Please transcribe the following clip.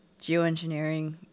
geoengineering